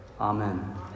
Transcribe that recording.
Amen